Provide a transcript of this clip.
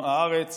הארץ